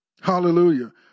Hallelujah